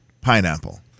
pineapple